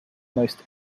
most